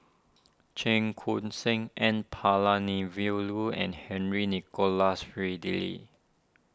Cheong Koon Seng N Palanivelu and Henry Nicholas Ridley